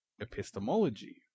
epistemology